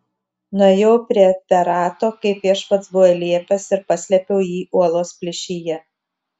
nuėjau prie perato kaip viešpats buvo liepęs ir paslėpiau jį uolos plyšyje